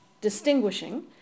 distinguishing